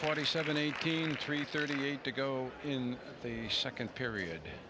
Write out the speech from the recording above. twenty seven eighteen three thirty eight to go in the second period